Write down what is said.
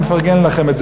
אני מפרגן לכם,